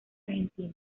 argentina